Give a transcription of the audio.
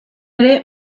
ere